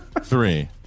three